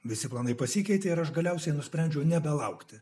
visi planai pasikeitė ir aš galiausiai nusprendžiau nebelaukti